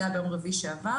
זה היה ביום רביעי שעבר.